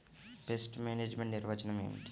Pest management నిర్వచనం ఏమిటి?